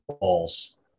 balls